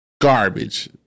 garbage